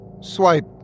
Swipe